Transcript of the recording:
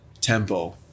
tempo